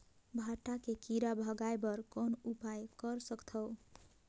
भांटा के कीरा भगाय बर कौन उपाय कर सकथव?